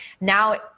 now